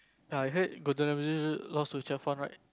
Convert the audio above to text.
ya I heard lost to right